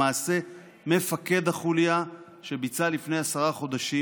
למעשה מפקד החוליה שביצעה לפני עשרה חודשים